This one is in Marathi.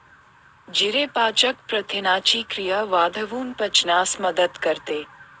जिरे पाचक प्रथिनांची क्रिया वाढवून पचनास मदत करते